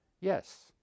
yes